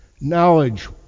knowledge